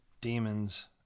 Demons